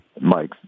Mike